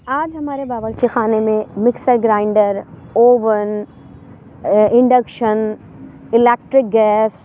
آج ہمارے باورچی خانے میں mixer grinder oven induction electric gas